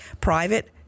private